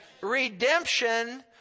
redemption